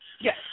Yes